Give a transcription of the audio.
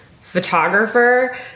photographer